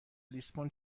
لیسبون